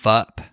up